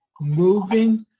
Moving